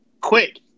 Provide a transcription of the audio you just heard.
quick